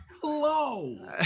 Hello